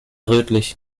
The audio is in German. rötlich